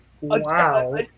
Wow